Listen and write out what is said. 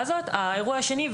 אני רק אזכיר פעם נוספת,